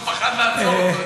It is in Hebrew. הוא פחד לעצור אותו.